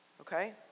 okay